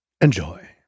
Enjoy